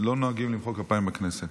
לא נוהגים למחוא כפיים בכנסת.